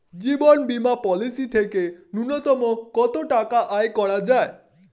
জীবন বীমা পলিসি থেকে ন্যূনতম কত টাকা আয় করা যায়?